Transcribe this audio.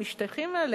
שאנחנו משתייכים אליהן,